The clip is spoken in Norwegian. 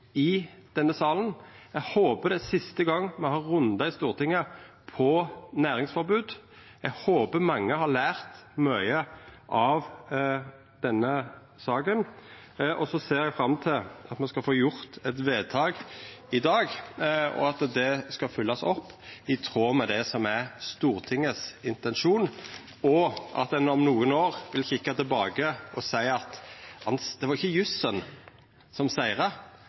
i denne salen. Eg håpar det er siste gongen me har rundar i Stortinget om næringsforbod. Eg håpar mange har lært mykje av denne saka. Og så ser eg fram til at me skal få gjort eit vedtak i dag, at det skal følgjast opp i tråd med det som er Stortingets intensjon, og at ein om nokre år vil kikka seg tilbake og seia at det ikkje var jussen som sigra; det var ærekjensla og moralen som